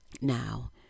now